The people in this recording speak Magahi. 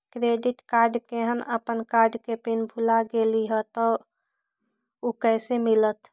क्रेडिट कार्ड केहन अपन कार्ड के पिन भुला गेलि ह त उ कईसे मिलत?